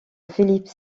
philippe